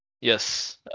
Yes